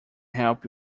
help